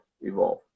evolve